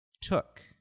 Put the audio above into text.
took